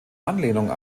anlehnung